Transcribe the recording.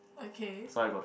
okay